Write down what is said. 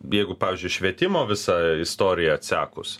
jeigu pavyzdžiui švietimo visą istoriją atsekus